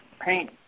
paint